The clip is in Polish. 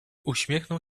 uśmiechnął